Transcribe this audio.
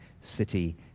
city